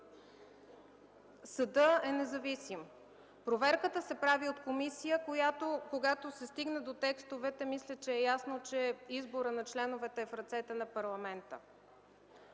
Съдът е независим. Проверката се прави от комисия, когато се стигне до текстовете. Мисля че е ясно, че изборът на членовете е в ръцете на парламента.